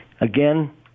Again